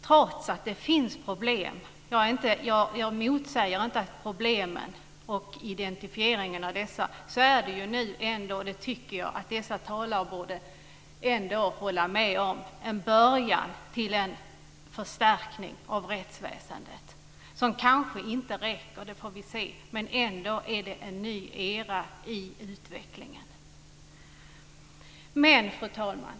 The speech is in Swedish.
Trots att det finns problem - jag motsäger inte problemen och identifieringen av dessa - tycker jag ändå att dessa talare borde hålla med om att detta är en början till en förstärkning av rättsväsendet. Det kanske inte räcker, det får vi se, men ändå är det en ny era i utvecklingen. Fru talman!